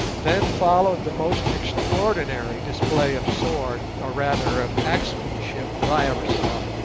then followed the most extraordinary display of sword, or rather of axemanship, that i ever saw.